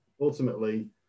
Ultimately